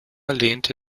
lehnte